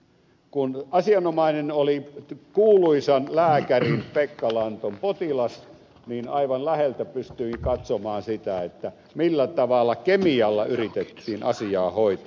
kun asianomainen oli kuuluisan lääkärin pekka lanton potilas niin aivan läheltä pystyi katsomaan sitä millä tavalla kemialla yritettiin asiaa hoitaa